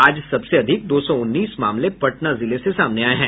आज सबसे अधिक दो सौ उन्नीस मामले पटना जिले से सामने आये हैं